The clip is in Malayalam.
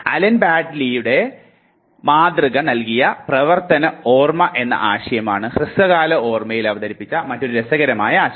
അലൻ ബാഡ്ലിയുടെ മാതൃക നൽകിയ പ്രവർത്തന ഓർമ്മ എന്ന ആശയമാണ് ഹ്രസ്വകാല ഓർമ്മയിൽ അവതരിപ്പിച്ച മറ്റൊരു രസകരമായ ആശയം